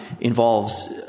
involves